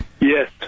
yes